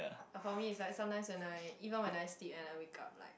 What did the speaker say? uh for me it's like sometimes when I even when I sleep and I wake up like